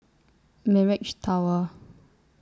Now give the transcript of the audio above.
Mirage Tower